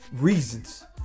reasons